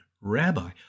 rabbi